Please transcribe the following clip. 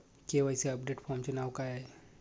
KYC update फॉर्मचे नाव काय आहे?